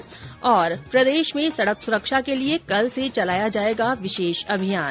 ् प्रदेश में सड़क सुरक्षा के लिए कल से चलाया जाएगा विशेष अभियान